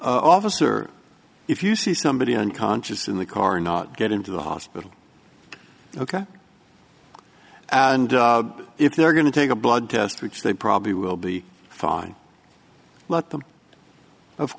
this officer if you see somebody unconscious in the car or not get into the hospital ok and if they're going to take a blood test which they probably will be fine let them of